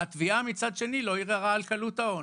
כי התביעה מצד שני לא ערערה על קלות העונש.